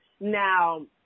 now